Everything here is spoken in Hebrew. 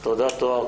תודה, טוהר.